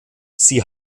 sie